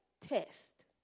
test